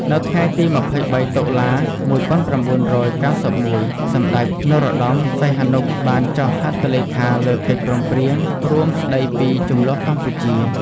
នៅថ្ងៃទី២៣ តុលា ១៩៩១ សម្តេច នរោត្តម សីហនុ បានចុះហត្ថលេខាលើកិច្ចព្រមព្រៀងរួមស្តីពីជម្លោះកម្ពុជា។